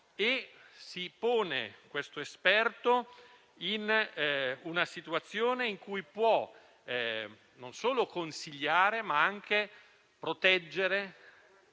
si pone in una situazione in cui può non solo consigliare, ma anche proteggere